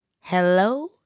Hello